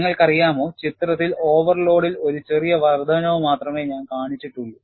നിങ്ങൾക്കറിയാമോ ചിത്രത്തിൽ ഓവർലോഡിൽ ഒരു ചെറിയ വർദ്ധനവ് മാത്രമേ ഞാൻ കാണിച്ചിട്ടുള്ളൂ